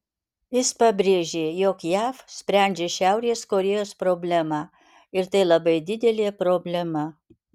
jis pabrėžė jog jav sprendžia šiaurės korėjos problemą ir tai labai didelė problema